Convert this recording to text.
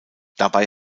dabei